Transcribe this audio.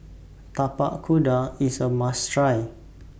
Tapak Kuda IS A must Try